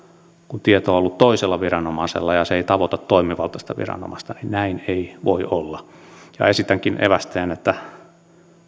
kun tieto on ollut toisella viranomaisella ja ja se ei tavoita toimivaltaista viranomaista näin ei voi olla esitänkin evästyksen että